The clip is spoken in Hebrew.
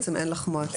בעצם אין לך מועצה.